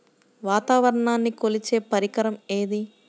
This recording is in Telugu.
వాతావరణాన్ని కొలిచే పరికరం ఏది?